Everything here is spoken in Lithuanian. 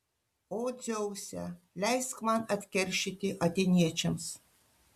o dzeuse leisk man atkeršyti atėniečiams